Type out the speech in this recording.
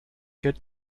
get